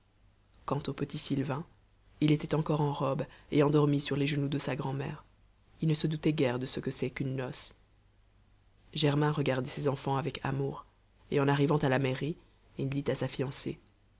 quant au petit sylvain il était encore en robe et endormi sur les genoux de sa grand'mère il ne se doutait guère de ce que c'est qu'une noce germain regardait ses enfants avec amour et en arrivant à la mairie il dit à sa fiancée